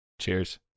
cheers